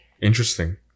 interesting